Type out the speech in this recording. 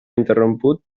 interromput